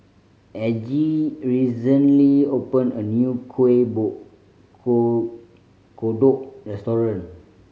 Aggie recently opened a new kuih kodok restaurant